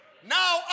Now